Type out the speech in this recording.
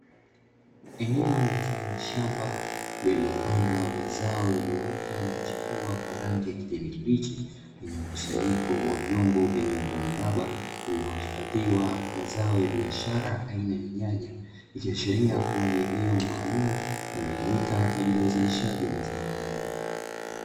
Eneo mfano wa shamba lililopandwa mazao yaliyoota na kuchipua kwa rangi ya kijani kibichi, lenye mkusanyiko wa vyombo vyenye umbo mraba vilivyohifadhiwa mazao ya biashara aina ya nyanya, ikiashiria kua ni eneo maalumu linalotumika kwa ajili ya uzalishaji wa mazao hayo.